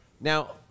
Now